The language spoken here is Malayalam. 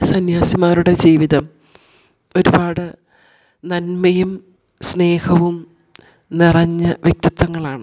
സന്യാസിമാരുടെ ജീവിതം ഒരുപാട് നന്മയും സ്നേഹവും നിറഞ്ഞ വ്യക്തിത്വങ്ങളാണ്